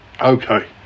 Okay